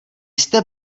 jste